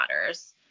matters